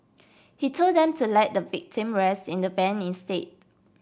he told them to let the victim rest in the van instead